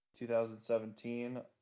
2017